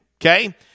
okay